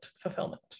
fulfillment